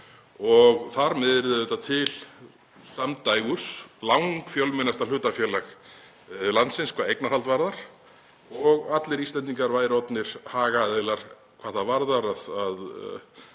Þar með yrði auðvitað til samdægurs langfjölmennasta hlutafélag landsins hvað eignarhald varðar. Allir Íslendingar væru orðnir hagaðilar hvað það varðar að